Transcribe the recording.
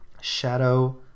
Shadow